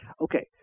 Okay